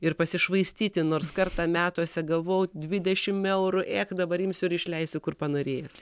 ir pasišvaistyti nors kartą metuose gavau dvidešim eurų ėch dabar imsiu ir išleisiu kur panorėjęs